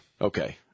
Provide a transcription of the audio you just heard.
Okay